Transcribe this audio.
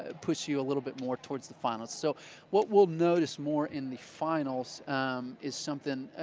puts you a little bit more towards the finals. so what we'll notice more in the finals is something,